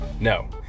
No